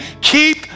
Keep